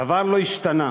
דבר לא השתנה.